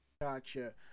gotcha